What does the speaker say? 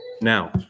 Now